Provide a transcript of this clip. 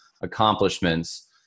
accomplishments